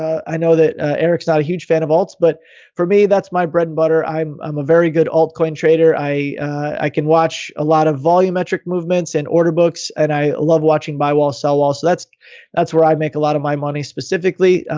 i know that eric's not a huge fan of alts, but for me that's my bread and butter. i'm um a very good altcoin trader. i i can watch a lot of volumetric movements and orderbooks and i love watching buy loss, sell loss. so that's where i make a lot of my money specifically.